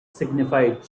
signified